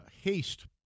haste